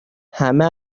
همه